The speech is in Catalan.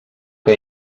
que